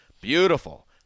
beautiful